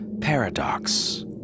paradox